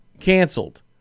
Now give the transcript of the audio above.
canceled